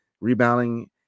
rebounding